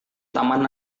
taman